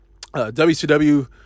WCW